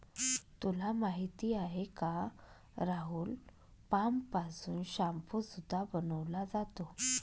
तुला माहिती आहे का राहुल? पाम पासून शाम्पू सुद्धा बनवला जातो